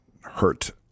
hurt